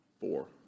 four